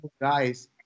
guys